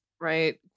right